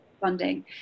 funding